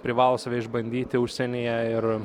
privalo save išbandyti užsienyje ir